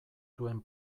duen